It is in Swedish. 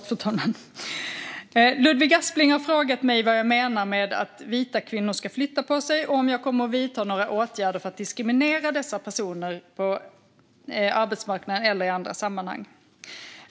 Fru talman! har frågat mig vad jag menar med att vita kvinnor ska flytta på sig och om jag kommer att vidta några åtgärder för att diskriminera dessa personer på arbetsmarknaden eller i andra sammanhang.